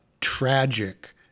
tragic